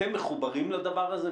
אתם מחוברים לדבר הזה?